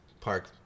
Park